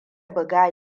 buga